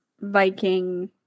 Viking